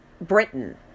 Britain